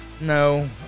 No